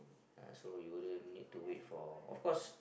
uh so you wouldn't need to wait for of cause